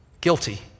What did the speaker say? Guilty